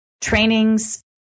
trainings